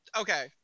okay